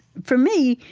for me,